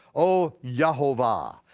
oh yehovah,